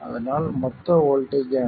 அதனால் மொத்த வோல்ட்டேஜ் ஆனது 20 V 10 vi